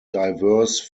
diverse